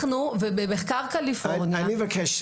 במחקר קליפורניה --- אני מבקש.